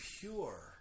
pure